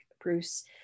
Bruce